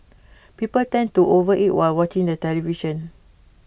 people tend to overeat while watching the television